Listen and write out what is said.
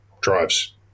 drives